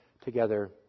together